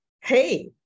hey